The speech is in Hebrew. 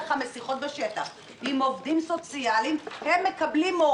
תבינו שאנחנו נשתמש בכוח הפרלמנטרי שלנו כדי